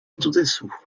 cudzysłów